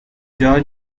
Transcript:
george